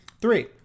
Three